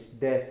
death